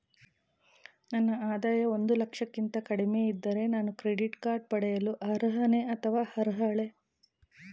ನನ್ನ ಆದಾಯ ಒಂದು ಲಕ್ಷಕ್ಕಿಂತ ಕಡಿಮೆ ಇದ್ದರೆ ನಾನು ಕ್ರೆಡಿಟ್ ಕಾರ್ಡ್ ಪಡೆಯಲು ಅರ್ಹನೇ ಅಥವಾ ಅರ್ಹಳೆ?